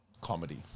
comedy